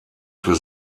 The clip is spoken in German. für